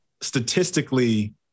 statistically